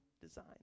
design